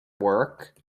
work